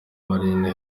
marine